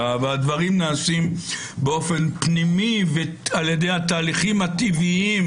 והדברים נעשים באופן פנימי ע"י התהליכים הטבעיים